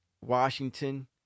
Washington